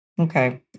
Okay